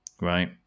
right